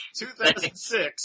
2006